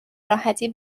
راحتی